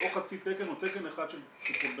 או חצי תקן או תקן אחד של טיפול בנוער.